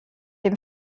dem